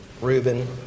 Reuben